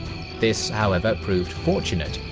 this, however, proved fortunate,